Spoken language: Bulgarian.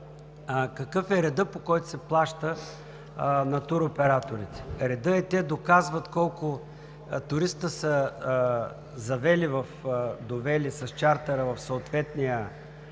какъв е редът, по който се плаща на туроператорите? Редът е: те доказват колко туристи са довели с чартъра в съответната